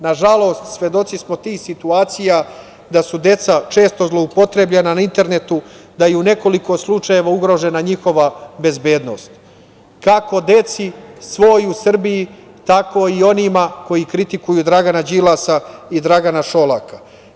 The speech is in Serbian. Nažalost, svedoci smo tih situacija da su deca često zloupotrebljena na internetu, da je u nekoliko slučajeva ugrožena njihova bezbednost, kako deci svoj u Srbiji, tako i onima koji kritikuju Dragana Đilasa i Dragana Šolaka.